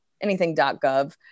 anything.gov